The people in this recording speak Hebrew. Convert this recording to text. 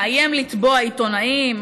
מאיים לתבוע עיתונאים,